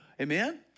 Amen